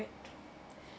it